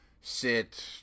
sit